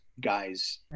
guys